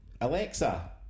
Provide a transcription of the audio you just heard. Alexa